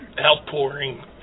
outpouring